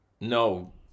No